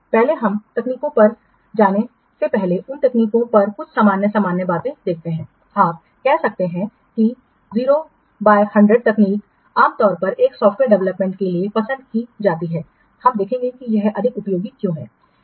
पहले हम तकनीकों पर जाने से पहले इन तकनीकों पर कुछ सामान्य सामान्य बातें देखते हैं आप कह सकते हैं कि 0 बाय 100 तकनीक आम तौर पर एक सॉफ्टवेयर डेवलपमेंट के लिए पसंद की जाती है हम देखेंगे कि यह अधिक उपयोगी क्यों है